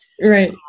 Right